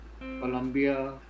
Colombia